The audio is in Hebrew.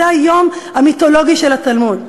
זה היום המיתולוגי של התלמוד,